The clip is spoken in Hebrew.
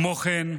כמו כן,